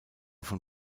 von